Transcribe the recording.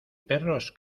perros